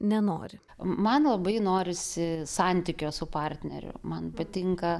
nenori man labai norisi santykio su partneriu man patinka